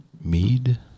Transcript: mead